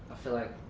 feel like